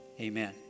Amen